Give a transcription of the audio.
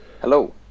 Hello